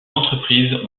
entreprises